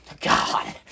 God